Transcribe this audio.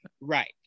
Right